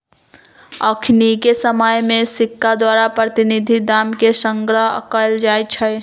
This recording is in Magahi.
अखनिके समय में सिक्का द्वारा प्रतिनिधि दाम के संग्रह कएल जाइ छइ